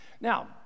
now